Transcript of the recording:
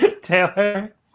Taylor